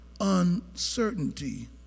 uncertainty